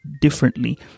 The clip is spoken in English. differently